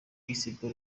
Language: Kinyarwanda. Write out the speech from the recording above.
expo